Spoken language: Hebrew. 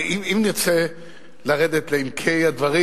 אם נרצה לרדת לעומקי הדברים,